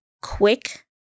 quick